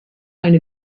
eine